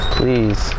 Please